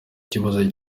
ikibazo